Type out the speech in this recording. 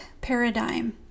paradigm